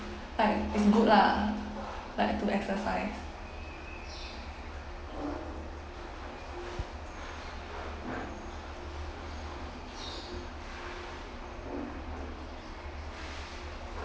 like it's good lah like to exercise